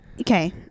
Okay